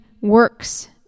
works